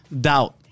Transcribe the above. doubt